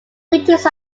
winters